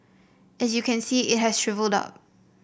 as you can see it has shrivelled up